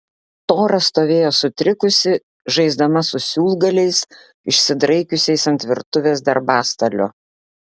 tora stovėjo sutrikusi žaisdama su siūlgaliais išsidraikiusiais ant virtuvės darbastalio